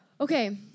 Okay